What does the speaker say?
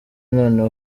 noneho